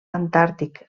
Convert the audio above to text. antàrtic